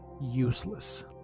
useless